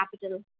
Capital